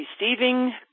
receiving